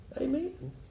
Amen